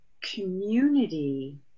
community